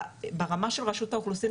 ברמה של רשות האוכלוסין,